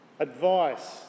Advice